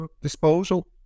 disposal